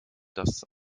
das